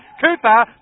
Cooper